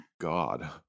God